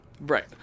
right